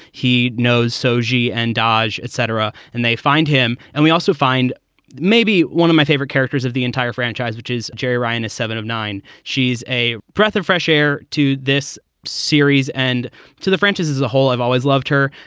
he knows soucy and dodge, et cetera, and they find him. and we also find maybe one of my favorite characters of the entire franchise, which is gerry ryan, a seven of nine. she's a breath of fresh air to this series and to the franchise as a whole. i've always loved her,